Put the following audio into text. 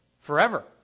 forever